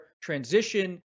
transition